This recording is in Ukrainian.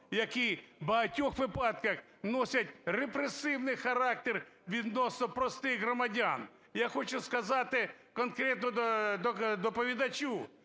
які в багатьох випадках носять репресивний характер відносно простих громадян. Я хочу сказати конкретно доповідачу: